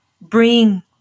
bring